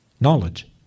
knowledge